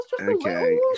okay